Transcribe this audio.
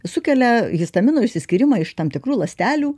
sukelia histamino išsiskyrimą iš tam tikrų ląstelių